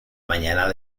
mañana